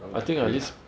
don't 买贵 ah